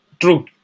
true